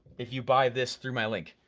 if you buy this through my link.